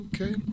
okay